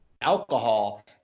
alcohol